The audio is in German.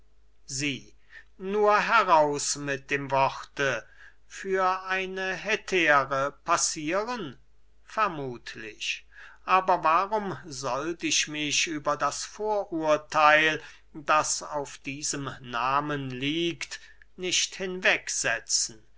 sie nur heraus mit dem worte für eine hetäre passieren vermuthlich aber warum sollt ich mich über das vorurtheil das auf diesem nahmen liegt nicht hinwegsetzen